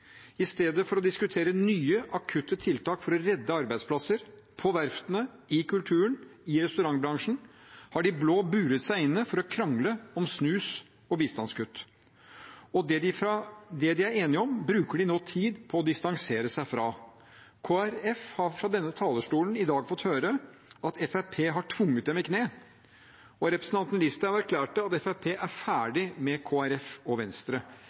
I stedet for å diskutere nye akutte tiltak for å redde arbeidsplasser – på verftene, i kulturen, i restaurantbransjen – har de blå buret seg inne for å krangle om snus og bistandskutt. Og det de er enige om, bruker de nå tid på å distansere seg fra. Kristelig Folkeparti har fra denne talerstolen i dag fått høre at Fremskrittspartiet har tvunget dem i kne, og representanten Listhaug erklærte at Fremskrittspartiet er ferdig med Kristelig Folkeparti og Venstre.